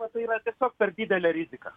va tai yra tiesiog per didelė rizika